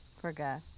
forgot